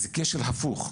זה כשל הפוך.